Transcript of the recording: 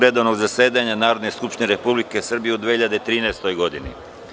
redovnog zasedanja Narodne skupštine Republike Srbije u 2013. godini.